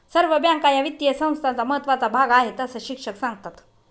सर्व बँका या वित्तीय संस्थांचा महत्त्वाचा भाग आहेत, अस शिक्षक सांगतात